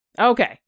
Okay